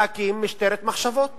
להקים משטרת מחשבות